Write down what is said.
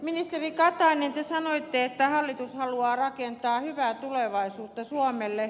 ministeri katainen te sanoitte että hallitus haluaa rakentaa hyvää tulevaisuutta suomelle